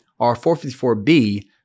R454B